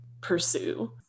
pursue